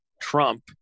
Trump